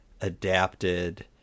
adapted